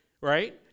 right